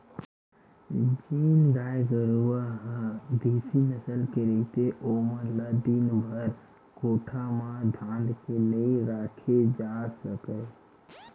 जेन गाय गरूवा ह देसी नसल के रहिथे ओमन ल दिनभर कोठा म धांध के नइ राखे जा सकय